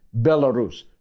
Belarus